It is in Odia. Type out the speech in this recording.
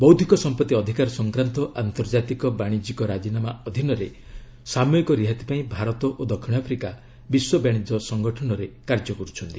ବୌଦ୍ଧିକ ସମ୍ପତ୍ତି ଅଧିକାର ସଂକ୍ରାନ୍ତ ଆନ୍ତର୍ଜାତିକ ବାଶିଜ୍ୟିକ ରାଜିନାମା ଅଧୀନରେ ସାମୟିକ ରିହାତି ପାଇଁ ଭାରତ ଓ ଦକ୍ଷିଣ ଆଫ୍ରିକା ବିଶ୍ୱ ବାଶିଜ୍ୟ ସଂଗଠନରେ କାର୍ଯ୍ୟ କରୁଛନ୍ତି